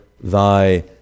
thy